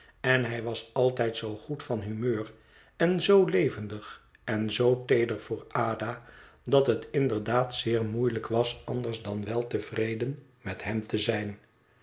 en hij was altijd zoo goed van humeur en zoo levendig en zoo teeder voor ada dat het inderdaad zeer moeielijk was anders dan weltevreden met hem te zijn